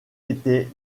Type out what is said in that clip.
était